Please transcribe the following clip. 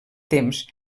temps